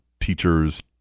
teachers